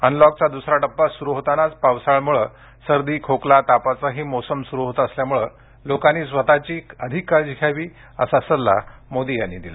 अनलॉकचा दुसरा टप्पा सुरू होतानाच पावसाळ्यामुळे सर्दी खोकला तापाचाही मोसम सुरू होत असल्यामुळे लोकांनी स्वतःची अधिक काळजी घ्यावी असं मोदी यांनी सांगितलं